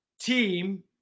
team